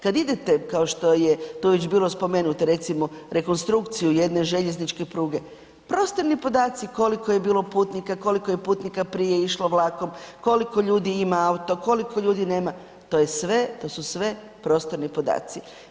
Kad idete kao što je tu već bilo spomenuto, recimo rekonstrukciju jedne željezničke pruge, prostorni podaci, koliko je bilo putnika, koliko je putnika prije išlo vlakom, koliko ljudi ima auto, koliko ljudi nema, to su sve prostorni podaci.